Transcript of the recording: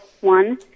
one